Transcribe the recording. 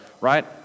right